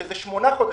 שזה שמונה חודשים,